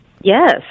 Yes